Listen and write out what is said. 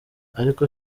ariko